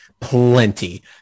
plenty